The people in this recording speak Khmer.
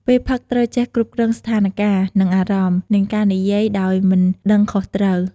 ពេលផឹកត្រូវចេះគ្រប់គ្រងស្ថានការ និងអារម្មណ៍ និងការនិយាយដោយមិនដឹងខុសត្រូវ។